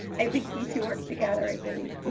i think you two work together. i believe